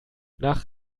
nach